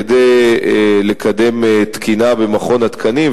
כדי לקדם תקינה במכון התקנים,